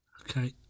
Okay